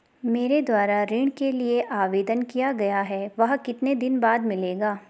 मेरे द्वारा ऋण के लिए आवेदन किया गया है वह कितने दिन बाद मिलेगा?